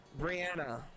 Brianna